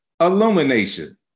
illumination